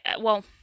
well-